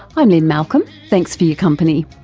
i'm lynne malcolm, thanks for your company.